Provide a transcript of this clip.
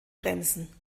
bremsen